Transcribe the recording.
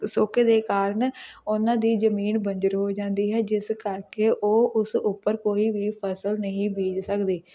ਸੋਕੇ ਦੇ ਕਾਰਨ ਉਹਨਾਂ ਦੀ ਜ਼ਮੀਨ ਬੰਜਰ ਹੋ ਜਾਂਦੀ ਹੈ ਜਿਸ ਕਰਕੇ ਉਹ ਉਸ ਉੱਪਰ ਕੋਈ ਵੀ ਫ਼ਸਲ ਨਹੀਂ ਬੀਜ ਸਕਦੇ